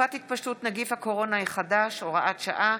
בתקופת התפשטות נגיף הקורונה החדש (הוראת שעה),